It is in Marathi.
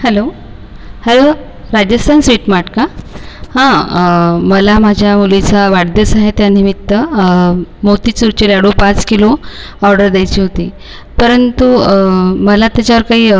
hello hello Rajeshwan sweet mart का हा मला माझ्या मुलीचा वाढदिवस आहे त्यानिमित्त मोतीचूरचे लाडू पाच किलो ऑर्डर द्यायची होती परंतु मला त्याच्यावर काही